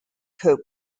cope